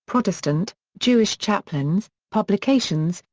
protestant, jewish chaplains, publications,